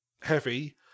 heavy